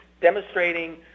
demonstrating